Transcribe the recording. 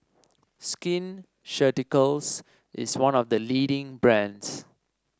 Skin Ceuticals is one of the leading brands